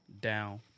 down